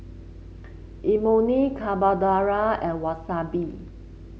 Imoni Carbonara and Wasabi